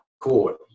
court